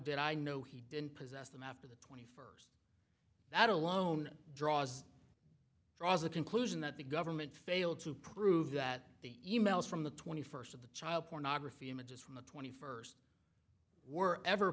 did i know he didn't possess them after the twenty that alone draws draws a conclusion that the government failed to prove that the e mails from the twenty first of the child pornography images from the twenty first were ever